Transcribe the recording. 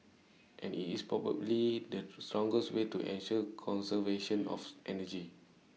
and it's probably the strongest way to ensure conservation of energy